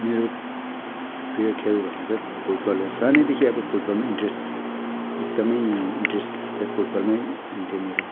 मेरो प्रिय खेल भनेकै फुटबल हो सानैदेखि अब फुटबलमा इन्ट्रेस्ट एकदमै इन्ट्रेस्ट त्यही फुटबलमै हुन्थ्यो मेरो